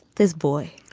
this boy.